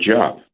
job